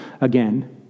again